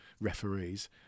referees